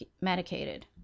medicated